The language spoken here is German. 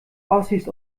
ossis